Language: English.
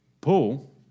Paul